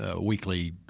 weekly